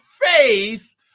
face